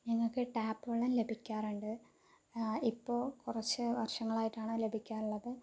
ഞങ്ങൾക്ക് ടാപ്പ് വെള്ളം ലഭിക്കാറുണ്ട് ഇപ്പോൾ കുറച്ച് വർഷങ്ങളായിട്ടാണ് ലഭിക്കാറുള്ളത്